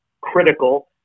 critical